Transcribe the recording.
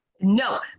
No